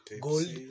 gold